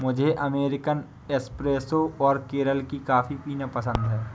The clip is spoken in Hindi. मुझे अमेरिकन एस्प्रेसो और केरल की कॉफी पीना पसंद है